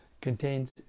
contains